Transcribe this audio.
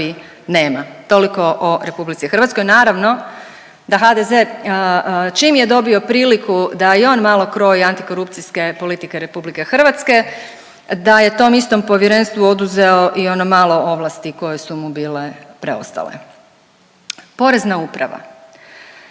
nema, toliko o RH. Naravno, da HDZ čim je dobio priliku da i on malo kroji antikorupcijske politike RH da je tom istom povjerenstvu oduzeo i ono malo ovlasti koje su mu bile preostale. Porezna uprava